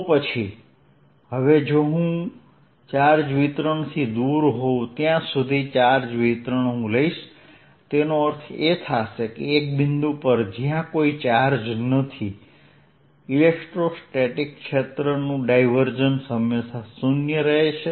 તો હવે જો હું ચાર્જ વિતરણથી દૂર હોઉં ત્યાં સુધી ચાર્જ વિતરણ લઈશ તેનો અર્થ એ છે કે એક બિંદુ પર જ્યાં કોઈ ચાર્જ નથી ઇલેક્ટ્રોસ્ટેટિક ક્ષેત્રનું ડાયવર્જન્સ હંમેશાં 0 રહેશે